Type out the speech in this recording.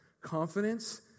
Confidence